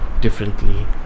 differently